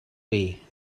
way